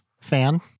fan